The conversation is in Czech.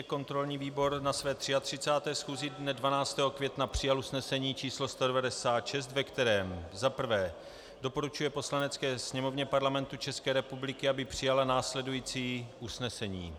Kontrolní výbor na své 33. schůzi dne 12. května přijal usnesení číslo 196, ve kterém za prvé doporučuje Poslanecké sněmovně Parlamentu České republiky, aby přijala následující usnesení: